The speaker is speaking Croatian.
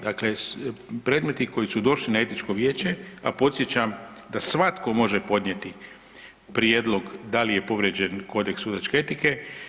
Dakle, predmeti koji su došli na Etičko vijeće, a podsjećam da svatko može podnijeti prijedlog da li je povrijeđen Kodeks sudačke etike.